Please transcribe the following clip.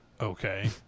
okay